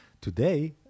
today